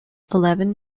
eleven